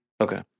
Okay